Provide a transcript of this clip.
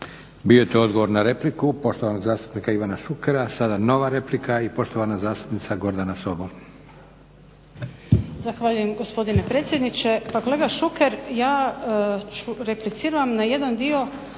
Bio je to odgovor na repliku poštovanog zastupnika Ivana Šukera. Sada nova replika i poštovana zastupnica Gordana Sobol.